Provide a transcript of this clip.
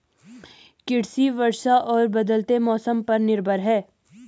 कृषि वर्षा और बदलते मौसम पर निर्भर है